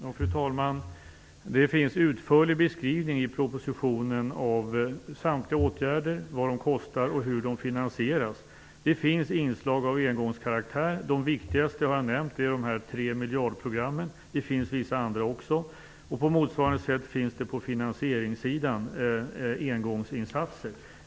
Fru talman! Det finns i propositionen en utförlig beskrivning av samtliga åtgärder, vad de kostar och hur de finansieras. Det finns inslag av engångskaraktär. De viktigaste har jag nämnt. Det är de tre miljardprogrammen. Det finns vissa andra också. På motsvarande sätt finns det på finansieringssidan engångsinsatser.